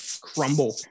crumble